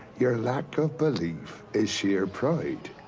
your lack of belief is sheer pride.